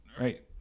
Right